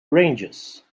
ranges